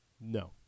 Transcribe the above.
No